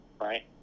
right